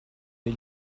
des